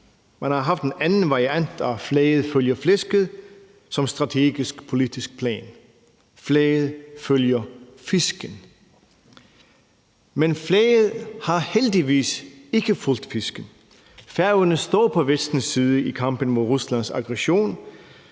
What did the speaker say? Man har haft en anden variant af, at flaget følger flæsket, som strategisk politisk plan: Flaget følger fisken. Men flaget har heldigvis ikke fulgt fisken. Færøerne står på Vestens side i kampen mod Ruslands aggression,